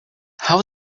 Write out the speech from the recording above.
how